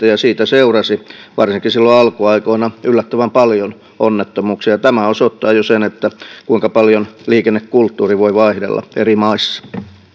ja siitä seurasi varsinkin silloin alkuaikoina yllättävän paljon onnettomuuksia tämä jo osoittaa sen kuinka paljon liikennekulttuuri voi vaihdella eri maissa